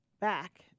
back